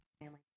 family